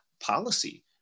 policy